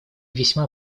весьма